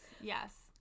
yes